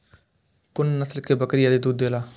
कुन नस्ल के बकरी अधिक दूध देला?